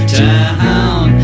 town